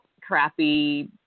crappy